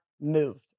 moved